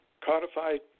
codified